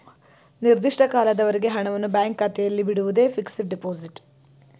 ನಿರ್ದಿಷ್ಟ ಕಾಲದವರೆಗೆ ಹಣವನ್ನು ಬ್ಯಾಂಕ್ ಖಾತೆಯಲ್ಲಿ ಬಿಡುವುದೇ ಫಿಕ್ಸಡ್ ಡೆಪೋಸಿಟ್